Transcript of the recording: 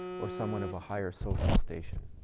or someone of a higher social station.